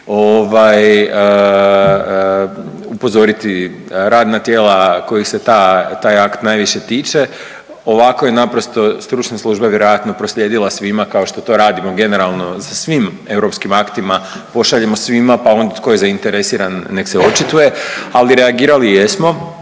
upozoriti radna tijela kojih se ta, taj akt najviše tiče. Ovako je naprosto stručna služba vjerojatno proslijedila svima kao što to radimo generalno sa svim europskim aktima, pošaljemo svima pa onda tko je zainteresiran nek se očituje. Ali reagirali jesmo